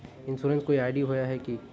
Insurance कोई ID होय है की?